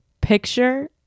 picture